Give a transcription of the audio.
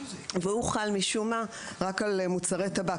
והוא חל משום מה רק על מוצרי טבק.